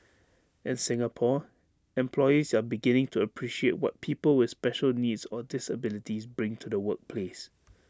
in Singapore employers are beginning to appreciate what people with special needs or disabilities bring to the workplace